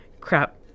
crap